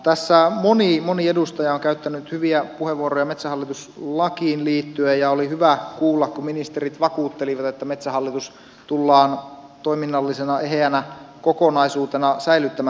tässä moni edustaja on käyttänyt hyviä puheenvuoroja metsähallitus lakiin liittyen ja oli hyvä kuulla kun ministerit vakuuttelivat että metsähallitus tullaan toiminnallisena eheänä kokonaisuutena säilyttämään